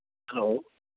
hello